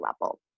level